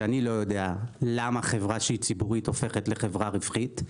ואני לא יודע למה חברה ציבורית הופכת לחברה רווחית.